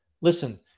Listen